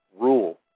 rule